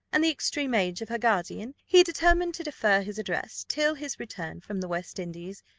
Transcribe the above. and the extreme age of her guardian, he determined to defer his addresses till his return from the west indies,